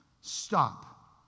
Stop